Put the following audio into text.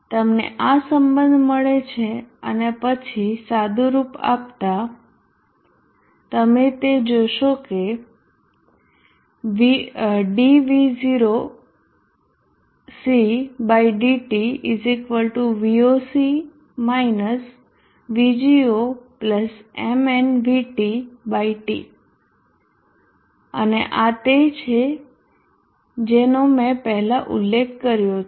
તમને આ સંબંધ મળે છે અને પછી સાદુરૂપ આપતા તમે તે જોશો કે અને આ તે જ છે જેનો મેં પહેલાં ઉલ્લેખ કર્યો છે